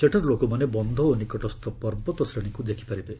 ସେଠାରୁ ଲୋକମାନେ ବନ୍ଧ ଓ ନିକଟସ୍ଥ ପର୍ବତଶ୍ରେଣୀକୁ ଦେଖିପାରିବେ